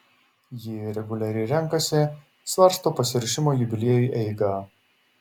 ji reguliariai renkasi svarsto pasiruošimo jubiliejui eigą